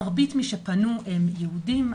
מרבית הפונים הם יהודיים,